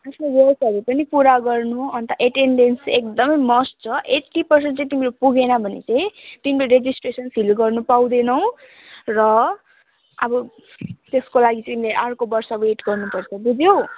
आफ्नो वर्कहरू पनि पुरा गर्नु अन्त एटेन्डेन्स एकदमै मोस्ट छ एटी पर्सेन्ट चाहिँ तिम्रो पुगेन भने चाहिँ तिम्रो रेजिस्ट्रेसन फिल गर्नु पाउँदैनौ र अब त्यसको लागि तिमीले अर्को वर्ष वेट गर्नुपर्छ बुझ्यौ